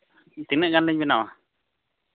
ᱛᱤᱱᱟᱹᱜ ᱜᱟᱱ ᱞᱤᱧ ᱵᱮᱱᱟᱣᱟ